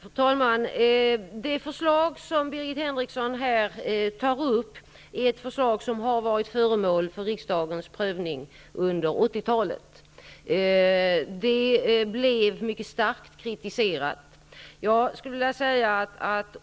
Fru talman! Det förslag som Birgit Henriksson tar upp här är ett förslag som har varit föremål för riksdagens prövning under 80-talet. Det blev mycket starkt kritiserat.